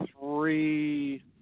three